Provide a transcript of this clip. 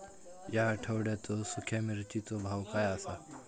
या आठवड्याचो सुख्या मिर्चीचो भाव काय आसा?